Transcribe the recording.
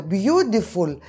beautiful